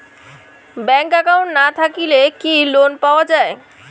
Bank account না থাকিলে কি লোন পাওয়া য়ায়?